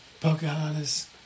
Pocahontas